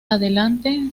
adelante